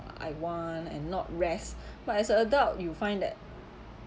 I want and not rest but as an adult you find that